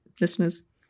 listeners